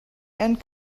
and